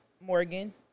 Morgan